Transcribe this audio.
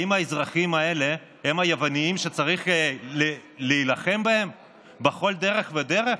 האם האזרחים האלה הם היוונים שצריך להילחם בהם בכל דרך ודרך?